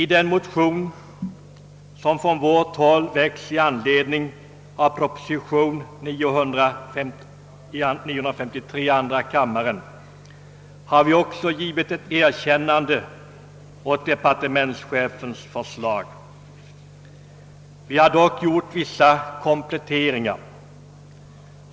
I den motion som från vårt håll väcktes i andra kammaren i anledning av proposition nr 953 har vi också givit ett erkännande åt departementschefens förslag. Vi har dock gjort vissa kompletteringar.